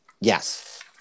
Yes